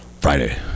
Friday